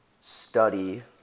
study